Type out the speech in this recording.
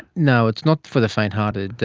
no, it's not for the faint hearted.